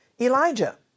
Elijah